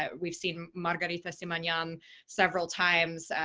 ah we've seen margarita simonyan several times,